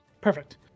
Perfect